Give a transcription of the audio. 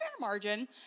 margin